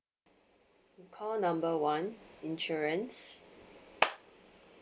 call number one insurance